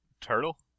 turtle